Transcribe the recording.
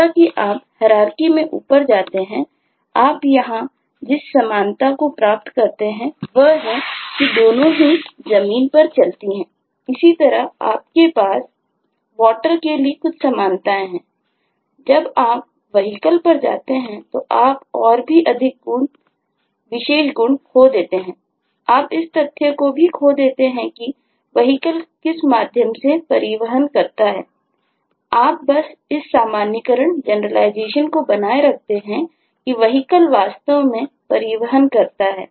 जैसा कि आप हैरारकी को बनाए रखते हैं कि vehicle वास्तव में परिवहन करता है